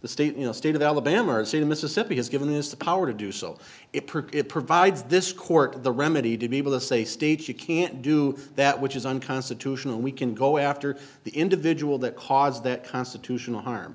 the state in a state of alabama or a state of mississippi has given this the power to do so it pricked it provides this court the remedy to be able to say states you can't do that which is unconstitutional we can go after the individual that caused that constitutional harm